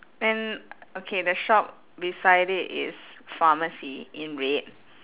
and okay the shop beside it is pharmacy in red